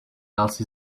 else